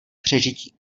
přežití